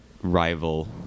Rival